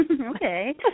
Okay